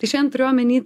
tai šian turiu omeny